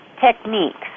techniques